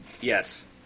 Yes